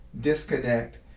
disconnect